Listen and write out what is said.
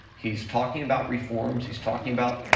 he's talking about reforms, he's talking about,